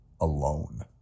alone